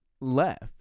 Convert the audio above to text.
left